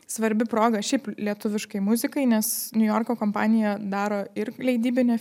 svarbi proga šiaip lietuviškai muzikai nes niujorko kompanija daro ir leidybinė